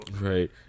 Right